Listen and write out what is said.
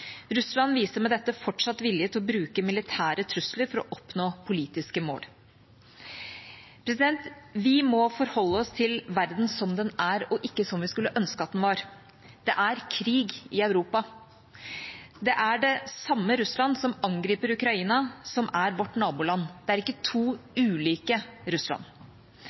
Russland viser med dette fortsatt vilje til å bruke militære trusler for å oppnå politiske mål. Vi må forholde oss til verden som den er, og ikke som vi skulle ønske at den var. Det er krig i Europa. Det er det samme Russland som angriper Ukraina, som er vårt naboland – det er ikke to ulike Russland.